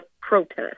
protest